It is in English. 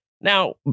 Now